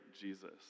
Jesus